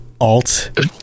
alt